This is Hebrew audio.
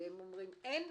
והם אומרים שאין.